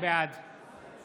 בעד